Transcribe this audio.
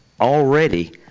already